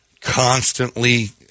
constantly